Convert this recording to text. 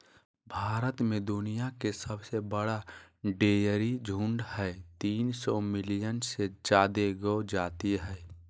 भारत में दुनिया के सबसे बड़ा डेयरी झुंड हई, तीन सौ मिलियन से जादे गौ जाती हई